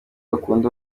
bakunda